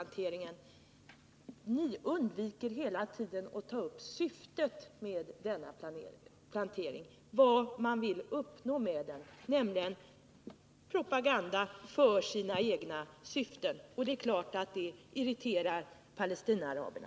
Ni undviker hela tiden att ta upp syftet med denna skogsplantering — vad man vill uppnå med den, nämligen propaganda för sina egna syften. Det är klart att det irriterar Palestinaaraberna.